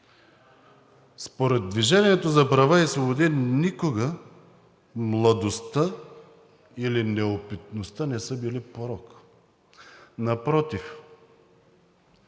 Според „Движението за права и свободи“ никога младостта или неопитността не са били порок.